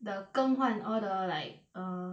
the 更换 all the like err